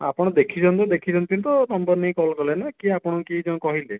ଆପଣ ଦେଖିଛନ୍ତି ଦେଖିଛନ୍ତି ତ ନମ୍ବର ନେଇ କଲ୍ କଲେ ନାହିଁ କିଏ ଆପଣଙ୍କୁ କିଏ ଜଣେ କହିଲେ